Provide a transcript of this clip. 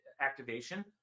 activation